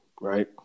right